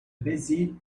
busy